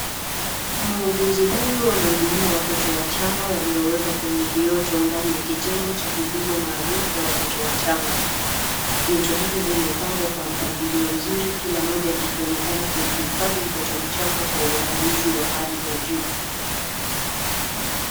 Mwuguzi huyu anahudumia watoto wachanga waliowekwa kwenye vioto ndani ya kitengo cha huduma maalum kwa watoto wachanga. Vioto hivyo vimepangwa kwa mpangilio mzuri kila moja kikionekana kumhifadhi mtoto mchanga kwa uangalizi wa hali ya juu.